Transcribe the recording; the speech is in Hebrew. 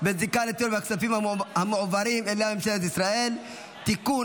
בזיקה לטרור מהכספים המועברים אליה מממשלת ישראל (תיקון,